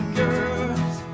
girls